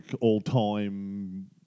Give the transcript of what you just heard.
all-time